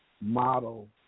model